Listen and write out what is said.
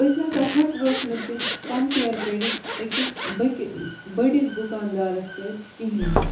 أسۍ نَسا ہیٚکووکھ نہٕ تِم کمپیر کٔرِتھ أکِس بٔڑِس دُکاندارَس سۭتۍ کِہینۍ نہٕ